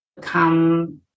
come